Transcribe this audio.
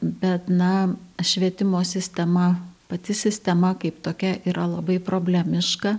bet na švietimo sistema pati sistema kaip tokia yra labai problemiška